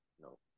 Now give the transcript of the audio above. No